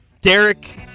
Derek